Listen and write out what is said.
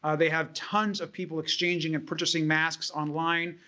ah they have tons of people exchanging and purchasing masks online.